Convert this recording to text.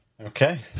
Okay